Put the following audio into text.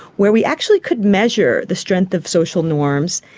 where we actually could measure the strength of social norms.